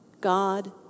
God